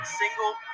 single